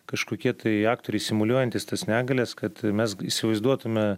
kažkokie tai aktoriai simuliuojantys tas negalias kad mes įsivaizduotume